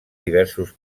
diversos